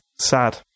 Sad